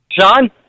Sean